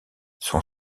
son